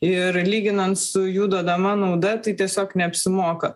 ir lyginant su jų duodama nauda tai tiesiog neapsimoka